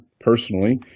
personally